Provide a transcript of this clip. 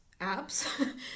apps